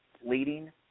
leading